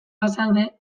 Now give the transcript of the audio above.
bazaude